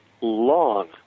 long